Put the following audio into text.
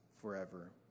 forever